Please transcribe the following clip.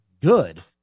good